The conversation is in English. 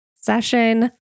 session